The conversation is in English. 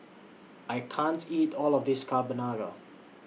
I can't eat All of This Carbonara